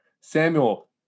Samuel